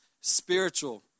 spiritual